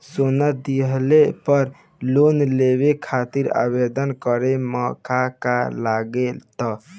सोना दिहले पर लोन लेवे खातिर आवेदन करे म का का लगा तऽ?